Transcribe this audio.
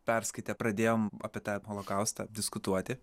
perskaitę pradėjom apie tą holokaustą diskutuoti